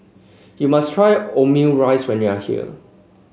you must try Omurice when you are here